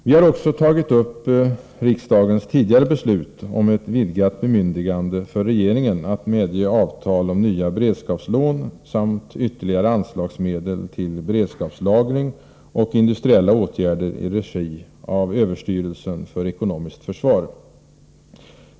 Vi har också aktualiserat riksdagens tidigare beslut om ett vidgat bemyndigande för regeringen att medge avtal om nya beredskapslån samt ytterligare anslagsmedel till beredskapslagring och industriella åtgärder i regi av överstyrelsen för ekonomiskt försvar.